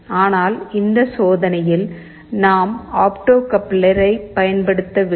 ஆனால் இந்த சோதனையில் நாம் ஆப்டோ கப்ளரைப் பயன்படுத்தவில்லை